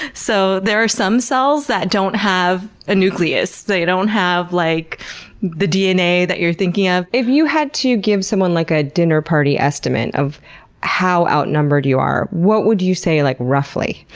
so there are some cells that don't have a nucleus. they don't have like the dna that you're thinking of. if you had to give someone like a a dinner party estimate of how outnumbered you are, what would you say, like roughly?